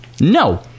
No